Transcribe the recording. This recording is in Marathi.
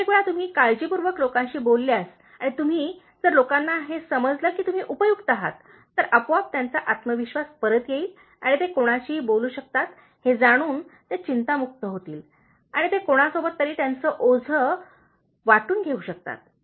बहुतेक वेळा तुम्ही काळजीपूर्वक लोकांशी बोलल्यास आणि तुम्ही जर लोकाना हे समजले की तुम्ही उपयुक्त आहात तर आपोआप त्यांचा आत्मविश्वास परत येईल आणि ते कोणाशीही बोलू शकतात हे जाणून ते चिंतामुक्त होतील आणि ते कोणासोबत तरी त्यांचे ओझे वाटून घेऊ शकतात